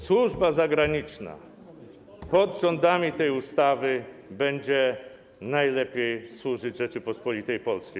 Służba zagraniczna pod rządami tej ustawy będzie najlepiej służyć Rzeczypospolitej Polskiej.